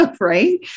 right